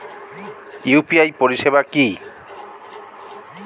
UPI পরিষেবা কি?